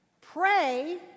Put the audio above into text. pray